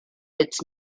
its